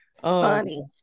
Funny